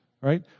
right